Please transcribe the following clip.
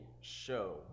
show